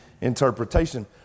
interpretation